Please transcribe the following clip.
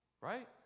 right